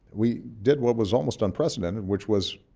we did what was almost unprecedented which was,